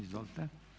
Izvolite.